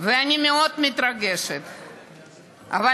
ואני מתרגשת מאוד,